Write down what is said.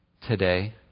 today